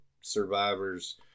survivors